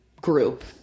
group